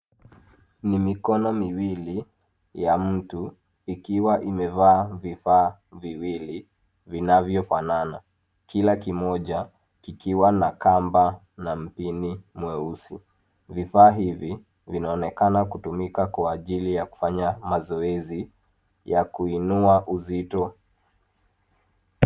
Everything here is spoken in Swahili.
Ni mikono miwili ya mtu ikiwa imevaa vifaa viwili vinavyofanana, kila kimoja kikiwa na kamba na mpini mweusi. Vifaa hivi vinaonekana kutumika kwa ajili ya kufanya mazoezi ya kuinua uzito